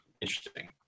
interesting